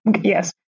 yes